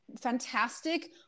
fantastic